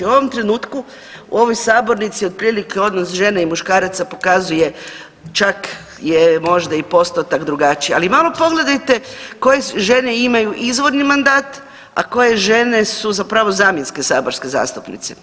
U ovom trenutku u ovoj sabornici otprilike odnos žena i muškaraca pokazuje čak je možda i postotak drugačiji, ali malo pogledajte koje žene imaju izvorni mandat, a koje žene su zapravo zamjenske saborske zastupnice.